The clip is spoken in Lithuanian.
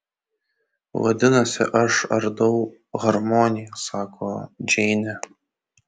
vadinasi aš ardau harmoniją sako džeinė